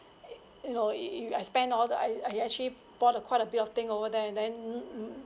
you know you you I spend all the I I actually bought uh quite a bit of thing over there and then mm mm